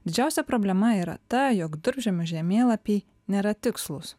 didžiausia problema yra ta jog durpžemių žemėlapiai nėra tikslūs